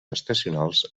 estacionals